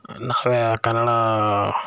ಮತ್ತು ಆ ಕನ್ನಡ